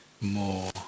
more